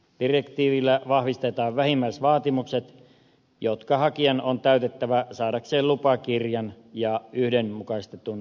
direktiivillä vahvistetaan vähimmäisvaatimukset jotka hakijan on täytettävä saadakseen lupakirjan ja yhdenmukaistetun lisätodistuksen